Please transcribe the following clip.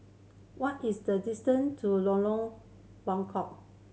what is the distant to Lorong Bengkok